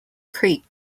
creek